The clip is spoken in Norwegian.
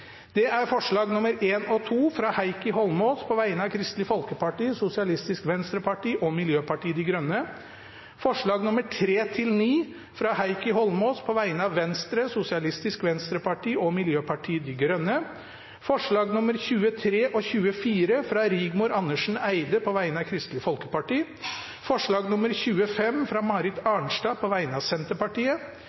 alt 27 forslag. Det er forslagene nr. 1 og 2, fra Heikki Eidsvoll Holmås på vegne av Kristelig Folkeparti, Sosialistisk Venstreparti og Miljøpartiet De Grønne forslagene nr. 3–9, fra Heikki Eidsvoll Holmås på vegne av Venstre, Sosialistisk Venstreparti og Miljøpartiet De Grønne forslagene nr. 10–22, fra Heikki Eidsvoll Holmås på vegne av Sosialistisk Venstreparti og Miljøpartiet De Grønne forslagene nr. 23 og 24, fra Rigmor Andersen Eide på vegne av Kristelig Folkeparti forslag